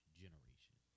generation